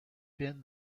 been